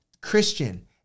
christian